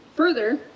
Further